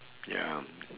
ya